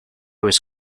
was